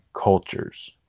cultures